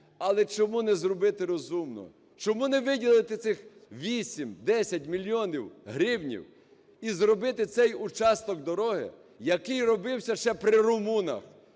але чому не зробити розумно, чому не виділити цих 8-10 мільйонів гривень і зробити цей участок дороги, який робився ще при румунах,